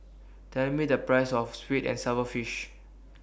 Tell Me The Price of Sweet and Sour Fish